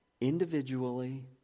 individually